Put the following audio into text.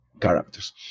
characters